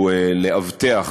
הוא לאבטח